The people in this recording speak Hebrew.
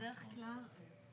אוקיי.